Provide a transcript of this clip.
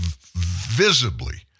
visibly